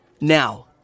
Now